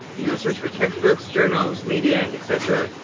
you know search for textbooks, journals media et cetera.